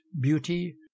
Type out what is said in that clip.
beauty